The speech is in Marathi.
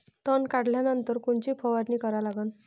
तन काढल्यानंतर कोनची फवारणी करा लागन?